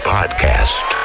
Podcast